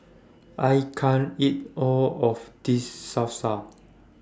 I can't eat All of This Salsa